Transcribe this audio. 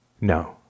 no